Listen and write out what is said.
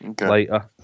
later